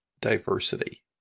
diversity